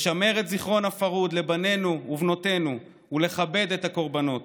לשמר את זיכרון הפרהוד לבנינו ובנותינו ולכבד את הקורבנות.